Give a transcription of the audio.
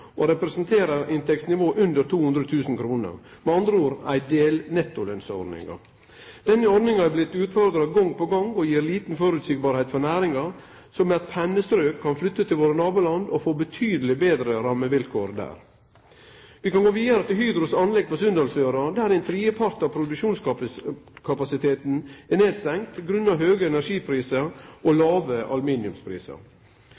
og representerer eit inntektsnivå under 200 000 kr – med andre ord, ei delnettolønsordning. Denne ordninga er blitt utfordra gong på gong, og er lite føreseieleg for næringa, som med eit pennestrok kan flytte til våre naboland og få betydeleg betre rammevilkår der. Vi kan gå vidare til Hydros anlegg på Sunndalsøra, der ein tredjepart av produksjonskapasiteten er nedstengd på grunn av høge energiprisar og